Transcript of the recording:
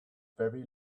very